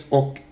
och